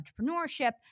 entrepreneurship